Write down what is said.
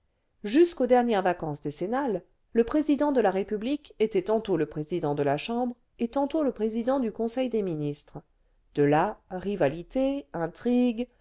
jusqu'aux dernières vacances décennales le président de la république était tantôt le président de la chambre et tantôt le président du conseil des ministres de là rivalité intrigues